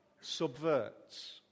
subverts